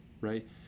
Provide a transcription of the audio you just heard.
right